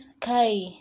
Kai